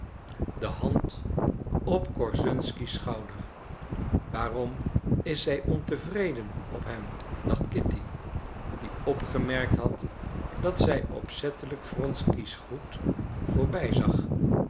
de hand op korszunsky's schouder waarom is zij ontevreden op hem dacht kitty die opgemerkt had dat zij opzettelijk wronsky's groet voorbij zag